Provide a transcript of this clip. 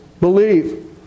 Believe